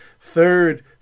Third